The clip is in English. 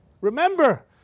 remember